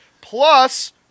Plus